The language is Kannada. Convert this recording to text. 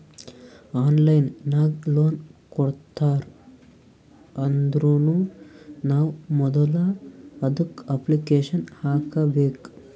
ಆನ್ಲೈನ್ ನಾಗ್ ಲೋನ್ ಕೊಡ್ತಾರ್ ಅಂದುರ್ನು ನಾವ್ ಮೊದುಲ ಅದುಕ್ಕ ಅಪ್ಲಿಕೇಶನ್ ಹಾಕಬೇಕ್